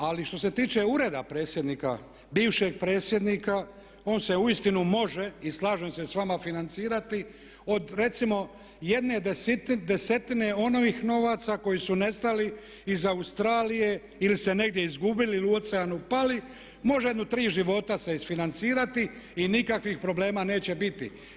Ali što se tiče Ureda predsjednika, bivšeg predsjednika on se uistinu može i slažem se s vama financirati od recimo jedne desetine onih novaca koji su nestali iz Australije ili se negdje izgubili ili u oceanu pali, može jedno tri života se isfinancirati i nikakvih problema neće biti.